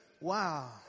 Wow